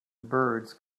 birds